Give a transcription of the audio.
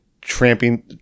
tramping –